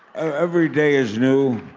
every day is new.